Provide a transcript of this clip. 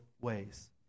ways